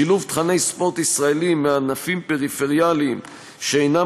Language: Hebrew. שילוב תוכני ספורט ישראליים מענפים פריפריאליים שאינם